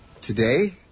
Today